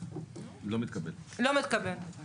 לא יכול להיות היום שתצא רפורמה בלי שהשר יקבע.